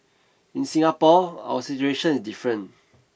in Singapore our situation is different